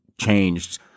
changed